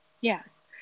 yes